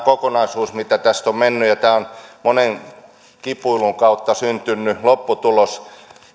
kokonaisuus mitä tästä on mennyt ja tämä on monen kipuilun kautta syntynyt lopputulos